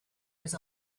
was